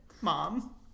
mom